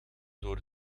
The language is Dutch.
door